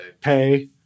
pay